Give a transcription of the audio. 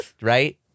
Right